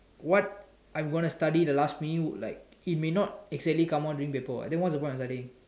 what I'm gonna study the last me you like it may not accidentally come out during paper [what] then what's the point of studying